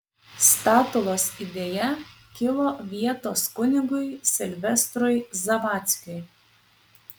statulos idėja kilo vietos kunigui silvestrui zavadzkiui